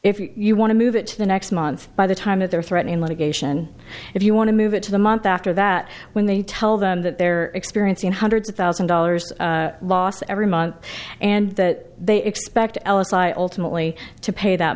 if you want to move it to the next month by the time that they're threatening litigation if you want to move it to the month after that when they tell them that they're experiencing hundreds of thousand dollars loss every month and that they expect l s i ultimately to pay that